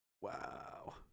Wow